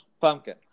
Pumpkin